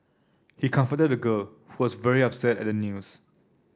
he comforted the girl who was very upset at the news